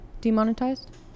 demonetized